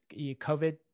COVID